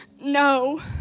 no